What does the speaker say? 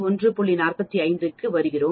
45 க்கு வருகிறோம்